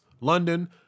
London